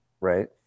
right